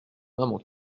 maman